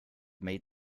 made